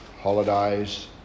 Holidays